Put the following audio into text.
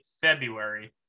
February